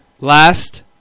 Last